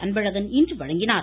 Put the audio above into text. அன்பழகன் இன்று வழங்கினார்